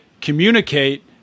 communicate